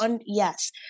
yes